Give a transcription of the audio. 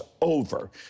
over